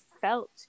felt